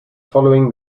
following